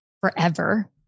forever